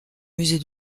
musée